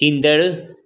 ईंदड़